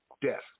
death